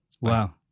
wow